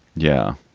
yeah.